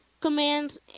commands